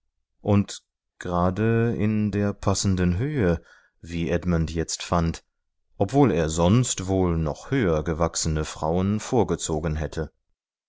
und gerade in der passenden höhe wie edmund jetzt fand obwohl er sonst wohl noch höher gewachsene frauen vorgezogen hatte